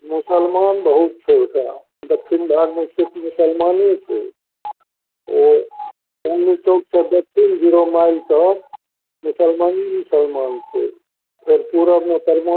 मुसलमान बहुत छै ओतए दक्षिण भारतमे सिर्फ मुसलमाने छै ओ चन्द चौकसे दच्छिन जीरो माइलसे मुसलमाने मुसलमान छै फेर पूरबमे परमा